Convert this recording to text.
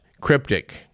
cryptic